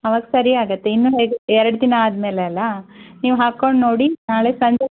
ಆವಾಗ ಸರಿ ಆಗತ್ತೆ ಇನ್ನು ಎರಡು ಎರಡು ದಿನ ಆದಮೇಲೆ ಅಲ್ವಾ ನೀವು ಹಾಕ್ಕೊಂಡು ನೋಡಿ ನಾಳೆ ಸಂಜೆ